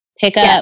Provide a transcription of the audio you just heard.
pickup